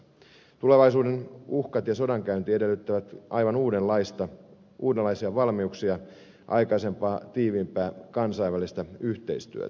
tulevaisuuden uhkat ja sodankäynti edellyttävät aivan uudenlaisia valmiuksia aikaisempaa tiiviimpää kansainvälistä yhteistyötä